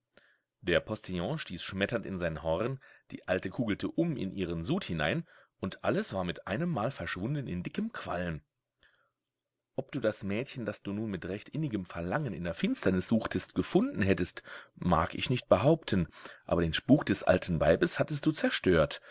der postillion stieß schmetternd in sein horn die alte kugelte um in ihren sud hinein und alles war mit einemmal verschwunden in dickem qualm ob du das mädchen das du nun mit recht innigem verlangen in der finsternis suchtest gefunden hättest mag ich nicht behaupten aber den spuk des alten weibes hattest du zerstört